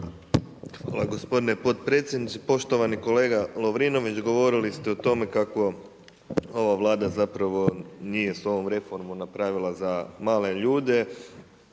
Hvala gospodine potpredsjedniče. Poštovani kolega Lovrinović govorili ste o tome kako ova vlada zapravo nije s ovom reformom napravila za male ljude